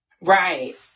Right